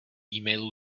emailů